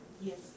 Yes